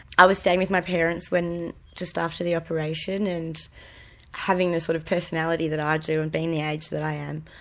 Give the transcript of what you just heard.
i was staying with my parents just after the operation and having the sort of personality that i do and being the age that i am,